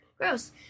gross